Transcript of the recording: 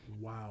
Wow